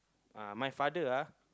uh my father ah